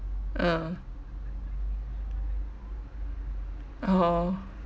ah oh